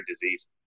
disease